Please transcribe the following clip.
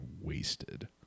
wasted